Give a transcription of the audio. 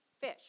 fish